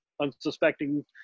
unsuspecting